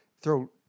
throw-